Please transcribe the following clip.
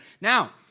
Now